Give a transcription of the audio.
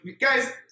Guys